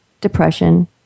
depression